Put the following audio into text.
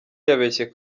yabeshye